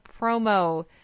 promo